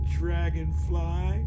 dragonfly